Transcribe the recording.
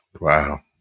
Wow